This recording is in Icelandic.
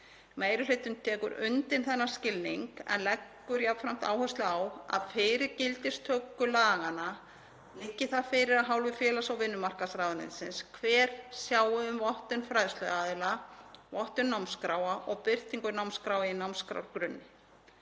Meiri hlutinn tekur undir þennan skilning en leggur jafnframt áherslu á að fyrir gildistöku laganna liggi það fyrir af hálfu félags- og vinnumarkaðsráðuneytisins hver sjái um vottun fræðsluaðila, vottun námskráa og birtingu námskráa í námskrárgrunni.